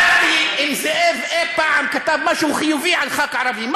בדקתי אם זאב אי-פעם כתב משהו חיובי על חבר כנסת ערבי,